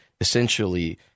essentially